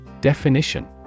Definition